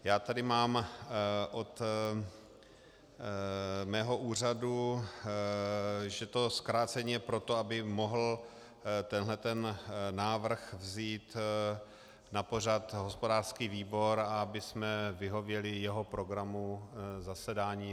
Já tady mám od mého úřadu, že to zkrácení je proto, aby mohl tenhle návrh vzít na pořad hospodářský výbor, abychom vyhověli jeho programu zasedání.